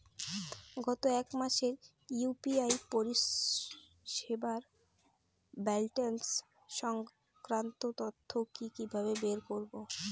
গত এক মাসের ইউ.পি.আই পরিষেবার ব্যালান্স সংক্রান্ত তথ্য কি কিভাবে বের করব?